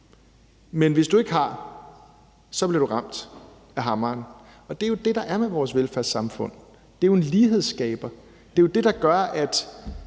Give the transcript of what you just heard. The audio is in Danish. men hvis du ikke har, bliver du ramt af hammeren. Og det er jo det, der er med vores velfærdssamfund – det er jo en lighedsskaber. Når man sætter